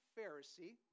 Pharisee